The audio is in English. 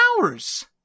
hours